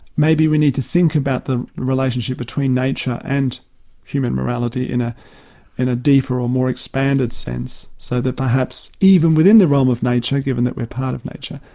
maybe we need to think about the relationship between nature and human morality in ah in a deeper or more expanded sense so that perhaps even within the realm of nature, given that we are part of nature,